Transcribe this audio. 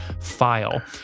file